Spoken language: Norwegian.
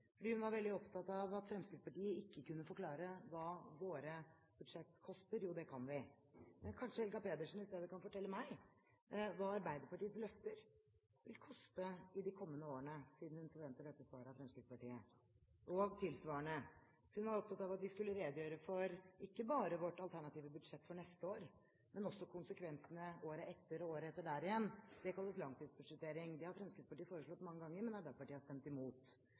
Hun var veldig opptatt av at Fremskrittspartiet ikke kunne forklare hva våre budsjetter koster. Jo, det kan vi. Men kanskje Helga Pedersen i stedet kan fortelle meg hva Arbeiderpartiets løfter vil koste i de kommende årene, siden hun forventer svar på dette av Fremskrittspartiet. Og tilsvarende: Hun var opptatt av at vi skulle redegjøre ikke bare for vårt alternative budsjett for neste år, men også for konsekvensene året etter og året etter der igjen. Det kalles langtidsbudsjettering. Det har Fremskrittspartiet foreslått mange ganger, men Arbeiderpartiet har stemt imot.